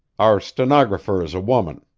our stenographer is a woman.